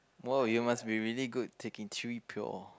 !wow! you must be really good taking three pure